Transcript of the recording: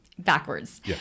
backwards